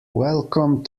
welcome